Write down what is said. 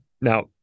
Now